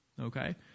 okay